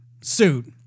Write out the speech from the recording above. suit